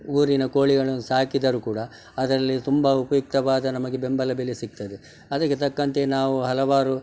ಊರಿನ ಕೋಳಿಗಳನ್ನ ಸಾಕಿದರು ಕೂಡ ಅದರಲ್ಲಿ ತುಂಬ ಉಪಯುಕ್ತವಾದ ನಮಗೆ ಬೆಂಬಲ ಬೆಲೆ ಸಿಕ್ತದೆ ಅದಕ್ಕೆ ತಕ್ಕಂತೆ ನಾವು ಹಲವಾರು